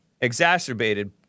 exacerbated